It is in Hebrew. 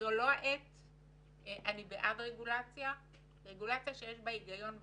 אני בעד רגולציה שיש בה הגיון ושכל.